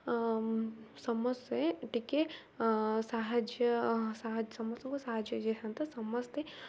ସମସ୍ତେ ଟିକେ ସାହାଯ୍ୟ ସମସ୍ତଙ୍କୁ ସାହାଯ୍ୟ ହୋଇଯାଇଥାନ୍ତା ସମସ୍ତେ